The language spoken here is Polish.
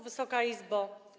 Wysoka Izbo!